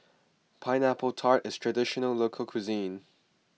Pineapple Tart is a Traditional Local Cuisine